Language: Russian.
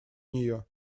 нее